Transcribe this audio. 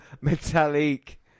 Metallic